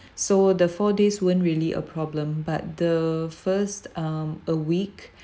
so the four days weren't really a problem but the first um a week